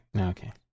Okay